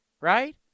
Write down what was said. right